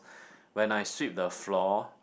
when I sweep the floor